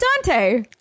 Dante